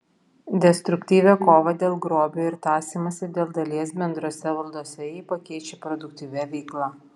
destruktyvią kovą dėl grobio ir tąsymąsi dėl dalies bendrose valdose ji pakeičia produktyvia veikla